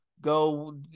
go